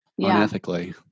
unethically